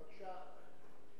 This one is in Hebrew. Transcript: בבקשה.